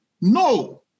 No